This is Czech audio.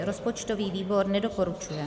Rozpočtový výbor nedoporučuje.